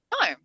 No